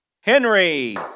Henry